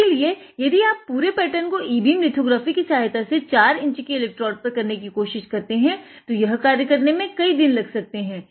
इसीलिए यदि आप पूरे पैटर्न को ई बीम लिथोग्राफी की सहायता से 4 इंच के एलेक्ट्रोड़ पर करने की कोशिश करते हैं तो यह कार्य करने में कई दिन लग सकते हैं